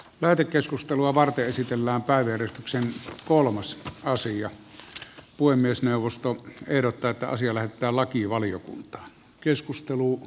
lähetekeskustelua varten esitellään päiväjärjestyksen kolmas asia voi myös puhemiesneuvosto ehdottaa että asia lähetetään lakivaliokuntaan